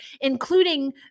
including